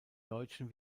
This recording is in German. deutschen